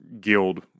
Guild